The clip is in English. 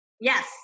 yes